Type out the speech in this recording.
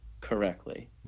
correctly